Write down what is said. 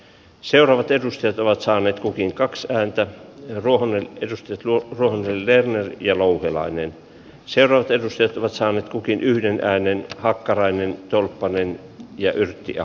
seuraavat edustajat ovat saaneet kukin kaksi ääntä ja ruohonen kirsti tuo ron silver ja louhelainen seroperusteet ovat samat kukin yhden aineen hakkarainen tolppanen ja yrtti ja